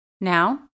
Now